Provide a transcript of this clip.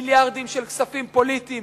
מיליארדים של כספים פוליטיים,